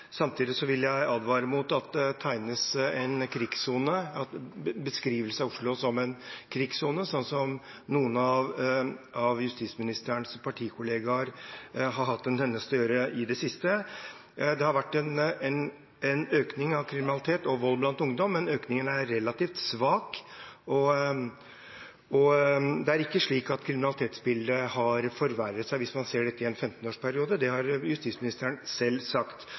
Samtidig vil jeg advare mot at det lages en beskrivelse av Oslo som en krigssone, slik noen av justisministerens partikollegaer har hatt en tendens til å gjøre i det siste. Det har vært en økning av kriminalitet og vold blant ungdom, men økningen er relativt svak. Det er ikke slik at kriminalitetsbildet har forverret seg, hvis man ser dette i en 15-årsperiode. Det har justisministeren selv sagt.